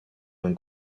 uno